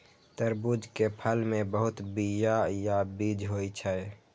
तरबूज के फल मे बहुत बीया या बीज होइ छै